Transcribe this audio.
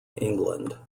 england